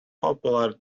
popular